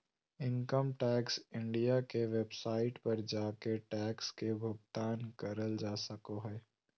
income tax India के वेबसाइट पर जाके टैक्स के भुगतान करल जा सको हय